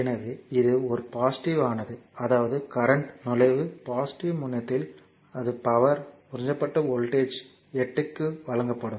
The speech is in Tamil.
எனவே இது ஒரு பாசிட்டிவ் ஆனது அதாவது கரண்ட் நுழைவு பாசிட்டிவ் முனையத்தில் அது பவர் உறிஞ்சப்பட்டு வோல்டேஜ் 8 க்கு வழங்கப்படும்